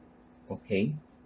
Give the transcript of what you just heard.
okay